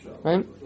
Right